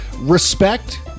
Respect